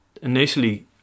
initially